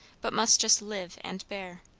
but must just live and bear.